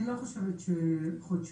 אני לא חושבת שחודשיים,